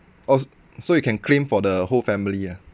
oh so you can claim for the whole family ah